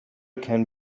can